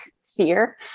fear